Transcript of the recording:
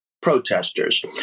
protesters